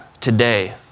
today